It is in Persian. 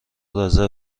رزرو